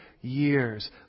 years